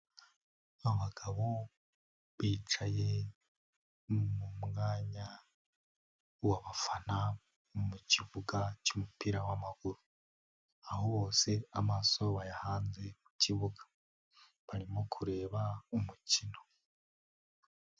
Abagabo bicaye mu mwanya w'abafana mu kibuga cy'umupira w'amaguru aho bose amaso bayahanze mu kibuga barimo kureba umukino.